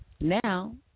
now